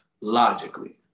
logically